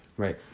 right